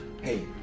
Hey